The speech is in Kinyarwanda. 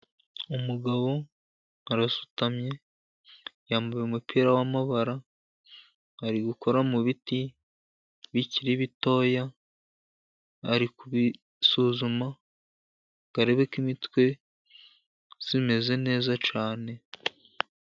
Umugabo arasutamye, yambaye umupira w'amabara, ari gukora mu biti bikiri bitoya, ari kubisuzuma ngo arebe ko imitwe imeze neza cyane.